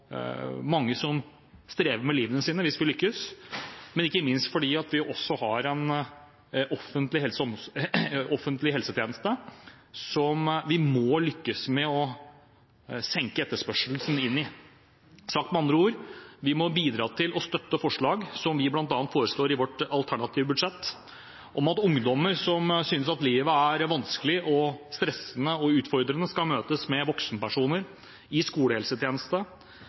mange som strever med livene sine, hvis vi lykkes, men ikke minst fordi vi også har en offentlig helsetjeneste som vi må lykkes med å senke etterspørselen inn i. Sagt med andre ord: Vi må bidra til og støtte forslag som det vi bl.a. foreslår i vårt alternative budsjett, at ungdommer som synes at livet er vanskelig, stressende og utfordrende, skal møtes med voksenpersoner i skolehelsetjeneste